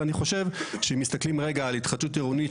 ואני חושב שאם מסתכלים רגע על התחדשות עירונית,